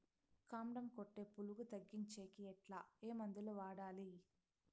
కాండం కొట్టే పులుగు తగ్గించేకి ఎట్లా? ఏ మందులు వాడాలి?